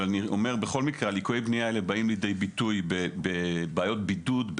אבל בכל מקרה ליקויי הבנייה האלה באים לידי ביטוי בבעיות בידוד,